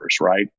right